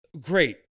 great